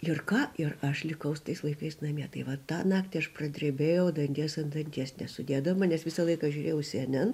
ir ką ir aš likau su tais vaikais namie tai va tą naktį aš pradrebėjau danties ant danties nesudėdama nes visą laiką žiūrėjau cnn